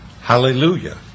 hallelujah